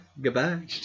goodbye